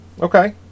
Okay